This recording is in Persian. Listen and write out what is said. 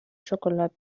شکلات